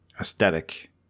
aesthetic